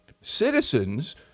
citizens